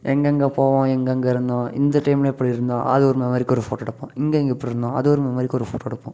எங்கெங்க போவோம் எங்கெங்க இருந்தோம் இந்த டைம்ல எப்படி இருந்தோம் அது ஒரு மெமரிக்கு ஒரு ஃபோட்டோ எடுப்போம் இங்கெங்க எப்படி இருந்தோம் அது ஒரு மெமரிக்கு ஒரு ஃபோட்டோ எடுப்போம்